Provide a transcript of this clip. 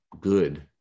good